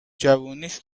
جوونیش